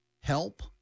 help